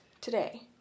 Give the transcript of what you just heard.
today